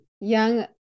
young